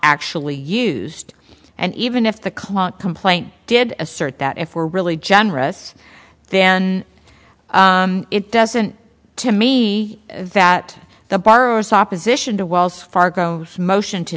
actually used and even if the client complaint did assert that if were really generous then it doesn't to me that the borrowers opposition to wells fargo motion to